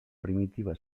primitiva